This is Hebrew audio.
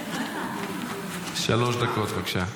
בבקשה.